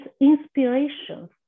inspirations